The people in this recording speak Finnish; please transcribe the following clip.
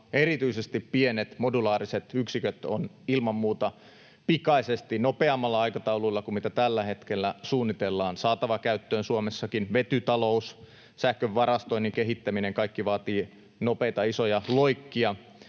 erityisesti pienet, modulaariset yksiköt on ilman muuta saatava käyttöön Suomessakin pikaisesti, nopeammilla aikatauluilla kuin mitä tällä hetkellä suunnitellaan. Vetytalous, sähkön varastoinnin kehittäminen, kaikki vaativat nopeita, isoja loikkia.